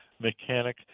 Mechanic